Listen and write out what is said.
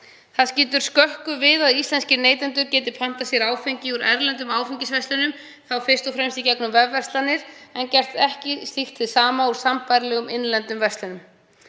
Það skýtur skökku við að íslenskir neytendur geti pantað sér áfengi úr erlendum áfengisverslunum, þá fyrst og fremst í gegnum vefverslanir, en ekki gert slíkt hið sama úr sambærilegum innlendum verslunum.